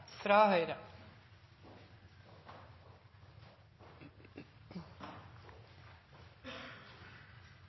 fra Høyre